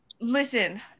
Listen